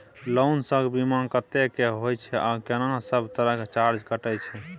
Loan संग बीमा कत्ते के होय छै आ केना सब तरह के चार्ज कटै छै?